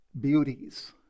beauties